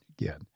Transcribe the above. again